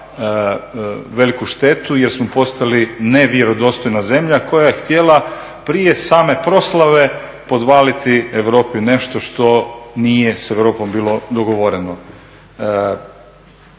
veliku štetu jer smo postali nevjerodostojna zemlja koja je htjela prije same proslave podvaliti Europi nešto što nije s Europom bilo dogovoreno.